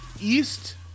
East